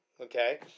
Okay